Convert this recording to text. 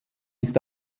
ist